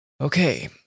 Okay